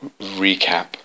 recap